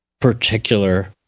particular